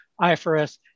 IFRS